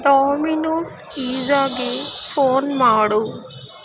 Domino's ಪೀಜಾಗೆ phone ಮಾಡು